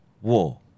war